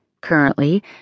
currently